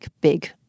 big